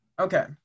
Okay